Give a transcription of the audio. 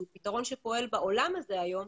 שהוא פתרון שפועל בעולם הזה היום,